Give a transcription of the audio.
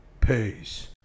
peace